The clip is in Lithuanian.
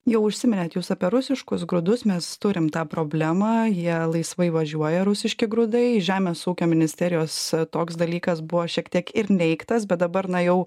jo užsiminėt jūs apie rusiškus grūdus mes turim tą problemą jie laisvai važiuoja rusiški grūdai žemės ūkio ministerijos toks dalykas buvo šiek tiek ir neigtas bet dabar na jau